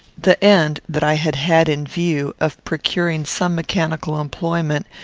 the end that i had had in view, of procuring some mechanical employment,